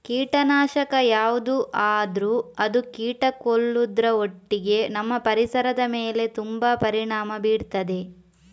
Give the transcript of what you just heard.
ಕೀಟನಾಶಕ ಯಾವ್ದು ಆದ್ರೂ ಅದು ಕೀಟ ಕೊಲ್ಲುದ್ರ ಒಟ್ಟಿಗೆ ನಮ್ಮ ಪರಿಸರದ ಮೇಲೆ ತುಂಬಾ ಪರಿಣಾಮ ಬೀರ್ತದೆ